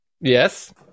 Yes